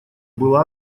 было